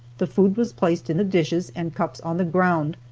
the food was placed in the dishes and cups on the ground,